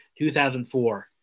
2004